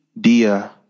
dia